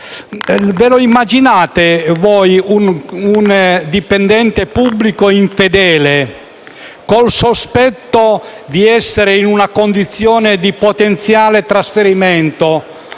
Ve lo immaginate un dipendente pubblico infedele, con il sospetto di essere in una condizione di potenziale trasferimento